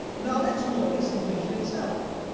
now let's notice the vision itself.